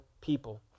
people